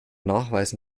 nachweisen